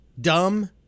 dumb